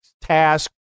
task